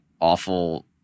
awful